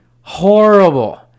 horrible